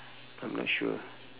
I'm not sure